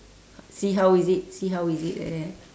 see how is it see how is it like that